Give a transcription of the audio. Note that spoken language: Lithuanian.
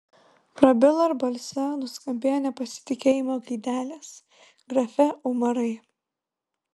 prabilo ir balse nuskambėjo nepasitikėjimo gaidelės grafe umarai